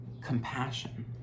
compassion